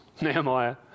Nehemiah